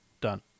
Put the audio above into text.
Done